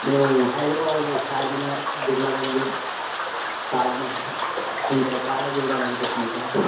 మేము హైదరాబాద్లో చార్మినార్ బిర్ల మందిర్ తాజ్మహల్ ఇంకా చాలా చూడాలనుకుంటున్నాం సార్